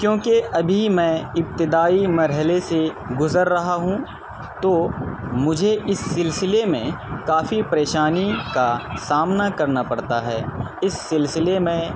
کیونکہ ابھی میں ابتدائی مرحلے سے گزر رہا ہوں تو مجھے اس سلسلے میں کافی پریشانی کا سامنا کرنا پڑتا ہے اس سلسلے میں